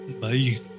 Bye